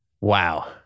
Wow